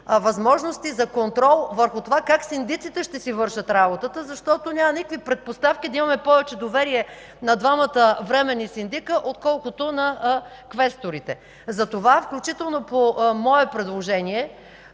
възможности за контрол върху това как синдиците ще си вършат работата, защото няма никакви предпоставки да имаме повече доверие на двамата временни синдици, отколкото на квесторите. Затова, включително по мое предложение,